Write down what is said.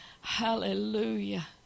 Hallelujah